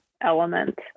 element